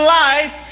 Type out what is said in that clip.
life